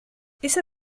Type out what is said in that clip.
esa